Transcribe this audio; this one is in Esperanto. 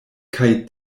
kaj